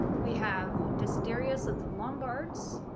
we have desiderius of the lombards,